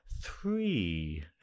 three